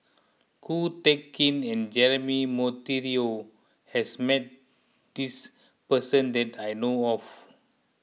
Ko Teck Kin and Jeremy Monteiro has met this person that I know of